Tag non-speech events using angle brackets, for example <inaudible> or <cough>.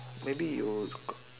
maybe you <noise>